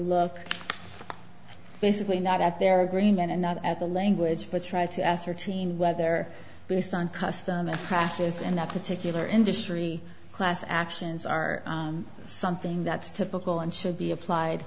look basically not at their agreement and not at the language but try to ascertain whether based on custom and practice in the particular industry class actions are something that's typical and should be applied